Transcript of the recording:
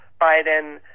Biden